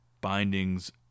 bindings